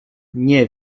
nie